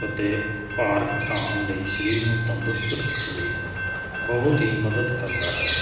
ਅਤੇ ਭਾਰ ਘਟਾਉਣ ਲਈ ਸਰੀਰ ਨੂੰ ਤੰਦਰੁਸਤ ਰੱਖਣ ਲਈ ਬਹੁਤ ਹੀ ਮਦਦ ਕਰਦਾ ਹੈ